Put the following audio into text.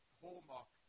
hallmark